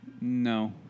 No